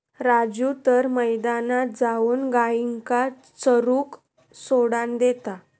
राजू तर मैदानात जाऊन गायींका चरूक सोडान देता